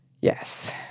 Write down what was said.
Yes